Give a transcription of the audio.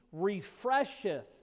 refresheth